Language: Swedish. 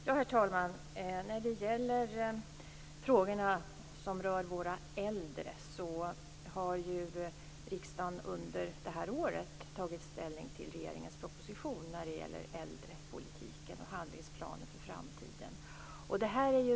Herr talman! När det gäller frågorna som rör våra äldre har riksdagen under året tagit ställning till regeringens proposition om äldrepolitiken och handlingsplanen för framtiden.